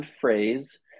phrase